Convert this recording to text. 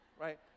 right